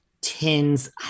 Tins